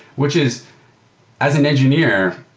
which is as an engineer,